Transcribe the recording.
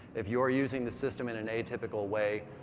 if you are using the system in an atypical way,